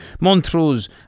Montrose